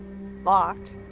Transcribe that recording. locked